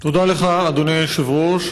תודה לך, אדוני היושב-ראש.